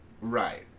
Right